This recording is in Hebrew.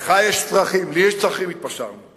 לך יש צרכים, לי יש צרכים, התפשרנו.